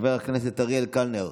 חבר הכנסת אריאל קלנר,